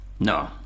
No